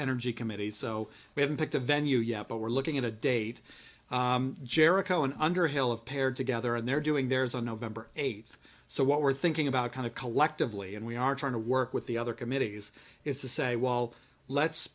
energy committee so we haven't picked a venue yet but we're looking at a date jericho in underhill of paired together and they're doing theirs on november eighth so what we're thinking about kind of collectively and we are trying to work with the other committees is to say well let's